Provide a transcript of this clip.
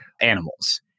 animals